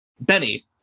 Benny